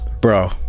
bro